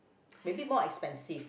maybe more expensive